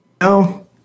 No